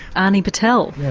ani patel? yes,